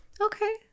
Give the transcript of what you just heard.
Okay